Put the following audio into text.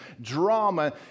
drama